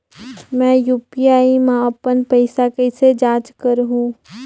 मैं यू.पी.आई मा अपन पइसा कइसे जांच करहु?